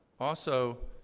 also,